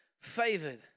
favored